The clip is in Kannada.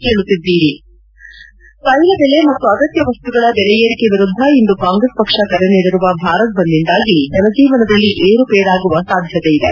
ತ್ಯೆಲ ದೆಲೆ ಮತ್ತು ಅಗತ್ಯ ವಸ್ತುಗಳ ಬೆಲೆ ಏರಿಕೆ ವಿರುದ್ದ ಇಂದು ಕಾಂಗ್ರೆಸ್ ಪಕ್ಷ ಕರೆ ನೀಡಿರುವ ಭಾರತ್ ಬಂದ್ನಿಂದಾಗಿ ಜನಜೀವನದಲ್ಲಿ ಏರುಪೇರಾಗುವ ಸಾಧ್ಯತೆ ಇದೆ